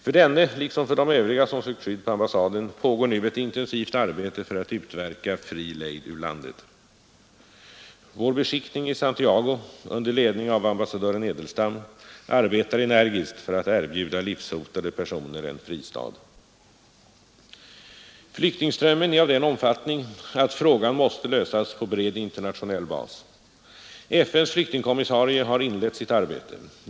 För denne liksom för de övriga som sökt skydd på ambassaden pågår nu ett intensivt arbete för att utverka fri lejd ur landet. Vår beskickning i Santiago under ledning av ambassadör Edelstam arbetar energiskt för att erbjuda livshotade personer en fristad. Flyktingströmmen är av den omfattning att frågan måste lösas på bred internationell bas. FNs flyktingkommissarie har inlett sitt arbete.